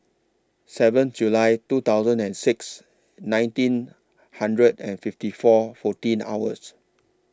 seven July two thousand and six nineteen hundred and fifty four fourteen hours